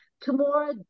Tomorrow